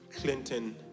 Clinton